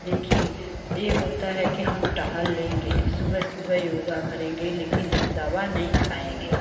देखिए यह होता है कि हम टहल लेंगे सुबह सुबह योगा करेंगे लेकिन हम दवा नहीं खाएँगे